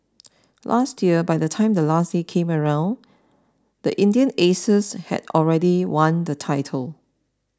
last year by the time the last day came around the Indian Aces had already won the title